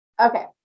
Okay